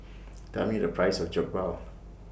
Tell Me The Price of Jokbal